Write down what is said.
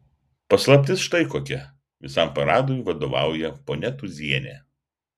paslaptis štai kokia visam paradui vadovauja ponia tūzienė